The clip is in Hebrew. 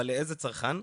אבל לאיזה צרכן?